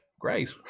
great